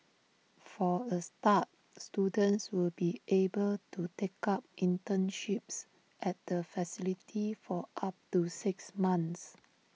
for A start students will be able to take up internships at the facility for up to six months